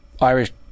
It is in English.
Irish